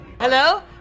Hello